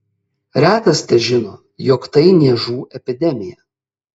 retas težino jog tai niežų epidemija